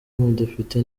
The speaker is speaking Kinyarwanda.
umudepite